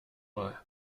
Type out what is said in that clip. mal